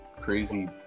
crazy